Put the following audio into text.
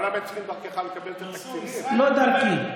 אבל למה הם צריכים לקבל דרכך, לא דרכי.